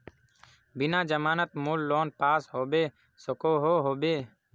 बिना जमानत मोर लोन पास होबे सकोहो होबे?